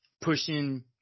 pushing